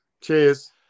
cheers